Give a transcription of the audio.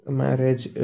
marriage